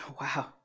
Wow